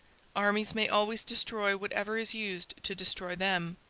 armies may always destroy whatever is used to destroy them.